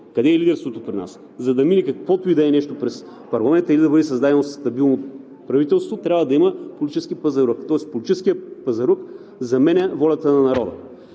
Къде е лидерството при нас? За да мине каквото и да е нещо през парламента или да бъде създадено от правителството, трябва да има политически пазарлък. Тоест, политическият пазарлък заменя волята на народа.